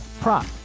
prop